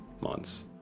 months